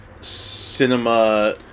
cinema